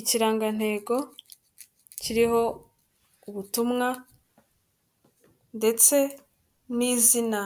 Ikirangantego kiriho ubutumwa ndetse n'izina